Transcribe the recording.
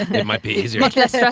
it might be easier. much less yeah